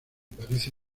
parece